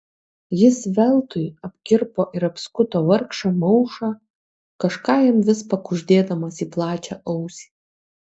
jis veltui apkirpo ir apskuto vargšą maušą kažką jam vis pakuždėdamas į plačią ausį